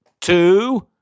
Two